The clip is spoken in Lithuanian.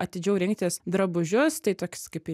atidžiau rinktis drabužius tai toks kaip ir